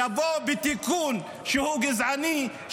לבוא בתיקון שהוא גזעני,